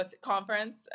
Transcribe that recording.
conference